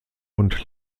und